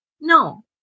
No